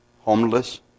homeless